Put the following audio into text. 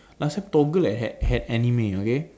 last time Toggle had had had anime okay